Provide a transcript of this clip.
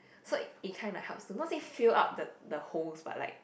so it kind of helps not say fill up the the holes but like